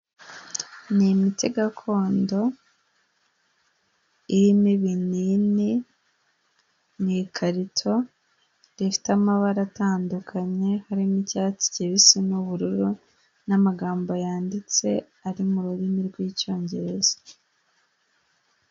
Ni imiti gakondo irimo ibibini, mu ikarito rifite amabara atandukanye, harimo icyatsi kibisi n'ubururu n'amagambo yanditse ari mu rurimi rw'icyongereza.